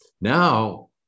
Now